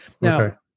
Now